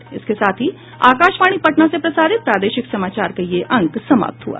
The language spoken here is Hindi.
इसके साथ ही आकाशवाणी पटना से प्रसारित प्रादेशिक समाचार का ये अंक समाप्त हुआ